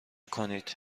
کنید